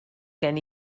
gen